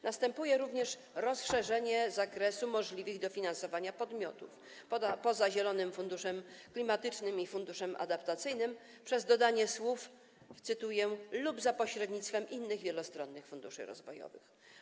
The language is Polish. Następuje również rozszerzenie zakresu możliwych do finansowania podmiotów, poza Zielonym Funduszem Klimatycznym i Funduszem Adaptacyjnym, przez dodanie słów, cytuję: lub za pośrednictwem innych wielostronnych funduszy rozwojowych.